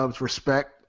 respect